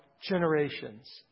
generations